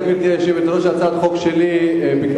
משום